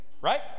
right